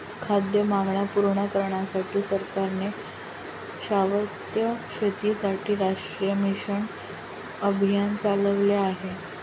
खाद्य मागण्या पूर्ण करण्यासाठी सरकारने शाश्वत शेतीसाठी राष्ट्रीय मिशन अभियान चालविले आहे